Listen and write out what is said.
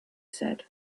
said